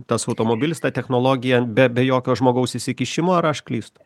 tas automobilis ta technologija be be jokio žmogaus įsikišimo ar aš klystu